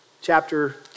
chapter